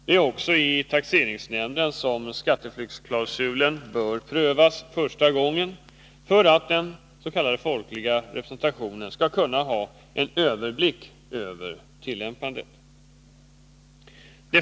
Det är i taxeringsnämnden som ärendena först bör prövas mot skatteflyktsklausulen, även för att den s.k. folkliga representationen skall kunna ha en överblick över dess tillämpning.